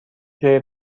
جای